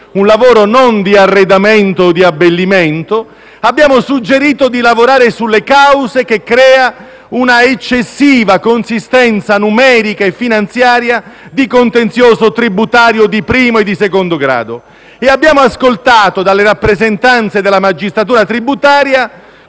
due circostanze - di arredamento o di abbellimento, abbiamo suggerito di lavorare sulle cause che creano un'eccessiva consistenza numerica e finanziaria di contenzioso tributario di primo e secondo grado. Abbiamo ascoltato dalle rappresentanze della magistratura tributaria